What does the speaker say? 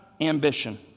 ambition